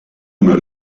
una